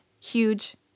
huge